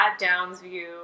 Downsview